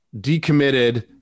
decommitted